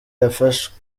yafashwe